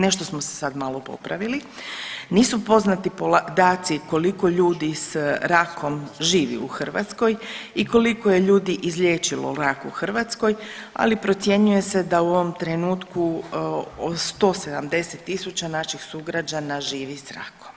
Nešto smo se sad malo popravili, nisu poznati podaci koliko ljudi s rakom živi u Hrvatskoj i koliko je ljudi izliječilo rak u Hrvatskoj ali procjenjuje se da u ovom trenutku 170.000 naših sugrađana živi s rakom.